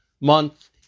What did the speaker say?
month